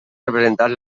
representats